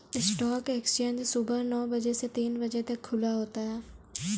stock exchange सुबह नो बजे से तीन बजे तक खुला होता है